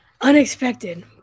unexpected